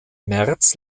märz